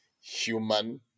human